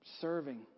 serving